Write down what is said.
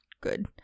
good